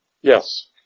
Yes